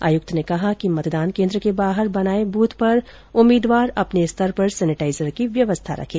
आयुक्त ने कहा कि मतदान केन्द्र के बाहर बनाए बूथ पर उम्मीदवार अपने स्तर पर सेनेटाइजर की व्यवस्था रखें